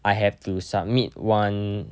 I have to submit [one]